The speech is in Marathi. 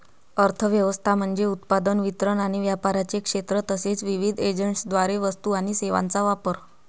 अर्थ व्यवस्था म्हणजे उत्पादन, वितरण आणि व्यापाराचे क्षेत्र तसेच विविध एजंट्सद्वारे वस्तू आणि सेवांचा वापर